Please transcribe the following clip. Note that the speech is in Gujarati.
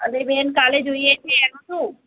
અરે બેન કાલે જોઈએ છે એનું શું